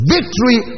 Victory